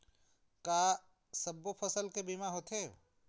का सब्बो फसल के बीमा होथे?